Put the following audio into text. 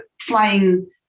flying